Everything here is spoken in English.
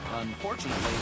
Unfortunately